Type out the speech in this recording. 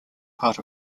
part